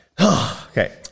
Okay